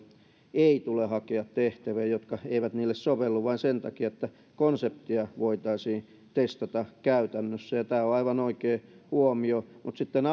ei tule hakea tehtäviä jotka eivät niille sovellu vain sen takia että konseptia voitaisiin testata käytännössä tämä on aivan oikea huomio mutta sitten